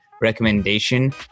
Recommendation